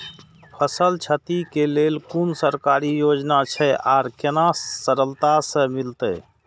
फसल छति के लेल कुन सरकारी योजना छै आर केना सरलता से मिलते?